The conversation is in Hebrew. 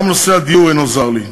גם נושא הדיור אינו זר לי.